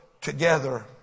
together